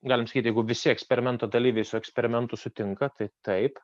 galim sakyt jeigu visi eksperimento dalyviai su eksperimentu sutinka tai taip